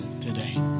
today